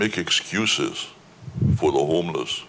make excuses for the homeless